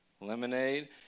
Lemonade